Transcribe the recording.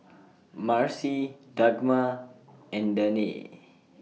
Marci Dagmar and Danae